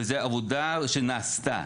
וזו עבודה שנעשתה.